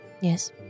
Yes